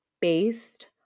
based